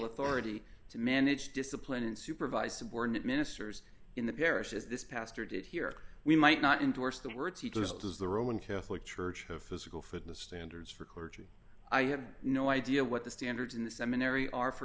authority to manage discipline and supervise subordinate ministers in the parish as this pastor did here we might not endorse the words he does does the roman catholic church have physical fitness standards for clergy i have no idea what the standards in the seminary are for